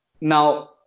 Now